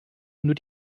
nur